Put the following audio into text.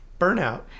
burnout